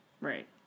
Right